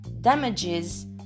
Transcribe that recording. damages